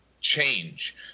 change